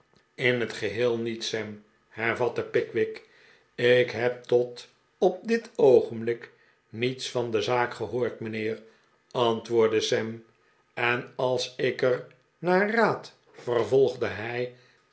in het geheel niet sam hervatte pickwick ik heb tot op dit oogenblik niets van de zaak gehoord mijnheer antwoordde sam j en als ik er al naar raad vervolgde hij